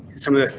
some of the.